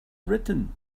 written